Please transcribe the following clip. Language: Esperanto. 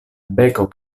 beko